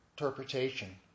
interpretation